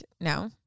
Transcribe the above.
no